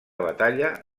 batalla